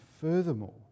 furthermore